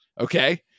Okay